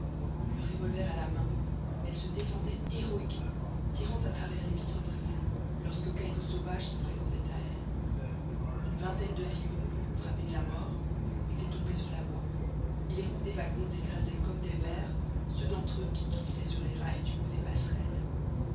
le revolver à la main elle se défendait héroïquement tirant à travers les vitres brisées lorsque quelque sauvage se présentait à elle une vingtaine de sioux frappés à mort étaient tombés sur la voie et les roues des wagons écrasaient comme des vers ceux d'entre eux qui glissaient sur les rails du haut des passerelles